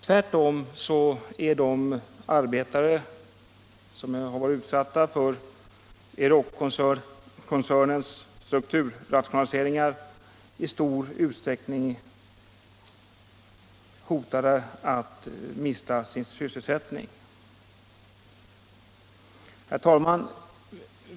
Tvärtom hotas de arbetare som har varit utsatta för Euroc-koncernens strukturrationaliseringar i stor utsträckning att mista sin sysselsättning. Herr talman!